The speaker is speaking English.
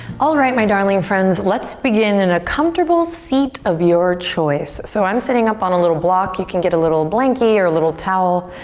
alright my darling friends, let's begin in a comfortable seat of your choice. so i'm sitting up on a little block. you can get a little blanky or a little towel,